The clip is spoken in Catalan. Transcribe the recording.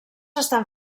estan